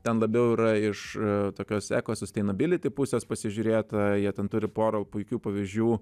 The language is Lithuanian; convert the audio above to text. ten labiau yra iš tokios ekosusteinabiliti pusės pasižiūrėta jie ten turi porą puikių pavyzdžių